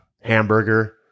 hamburger